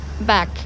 Back